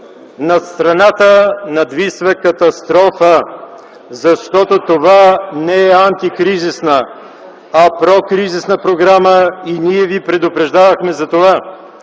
Над страната надвисва катастрофа, защото това не е антикризисна, а прокризисна програма. И ние ви предупреждавахме за това,